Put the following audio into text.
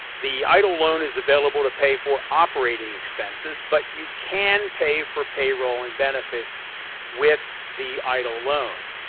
the idle loan is available to pay for operating expenses, but you can pay for payroll and benefits with the idle loan.